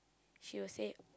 she will say